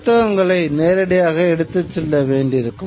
புத்தகங்களை நேரடியாக எடுத்துச் செல்ல வேண்டியிருக்கும்